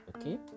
Okay